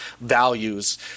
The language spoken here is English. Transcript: values